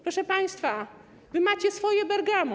Proszę państwa, wy macie swoje Bergamo.